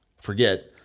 forget